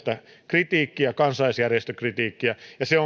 kritiikkiä kansalaisjärjestökritiikkiä se on kohta johon